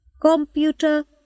Computer